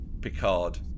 Picard